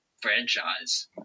franchise